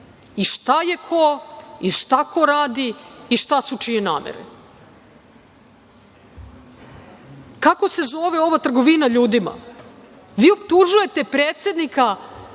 šta je ko i šta ko radi i šta su čije namere. Kako se zove ova trgovina ljudima? Vi optužujete predsednika